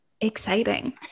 Exciting